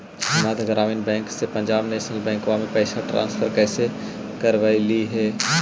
मध्य ग्रामीण बैंकवा से पंजाब नेशनल बैंकवा मे पैसवा ट्रांसफर कैसे करवैलीऐ हे?